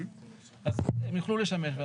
אז הן יוכלו לשמש.